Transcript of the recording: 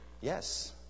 Yes